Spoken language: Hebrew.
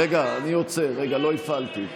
רגע, אני עוצר, לא הפעלתי.